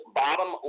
bottom